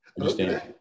understand